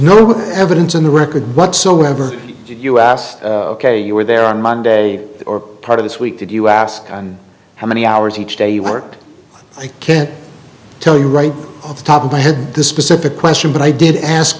real evidence in the record whatsoever us ok you were there on monday or part of this week did you ask how many hours each day you worked i can tell you right off the top of my head this specific question but i did ask